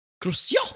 crucial